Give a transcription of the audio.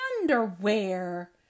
underwear